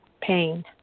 pain